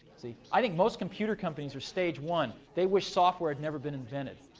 see, i think most computer companies are stage one. they wish software had never been invented.